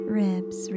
ribs